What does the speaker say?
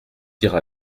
ira